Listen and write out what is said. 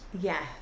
Yes